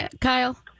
Kyle